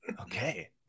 Okay